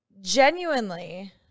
genuinely